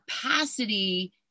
capacity